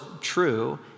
true